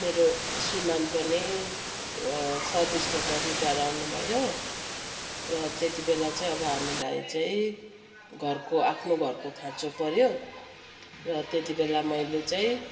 मेरो श्रीमान पनि सर्भिसबाट रिटायर आउनुभयो र त्यति बेला चाहिँ अब हामीलाई चाहिँ घरको आफ्नो घरको खाँचो पऱ्यो र त्यति बेला मैले चाहिँ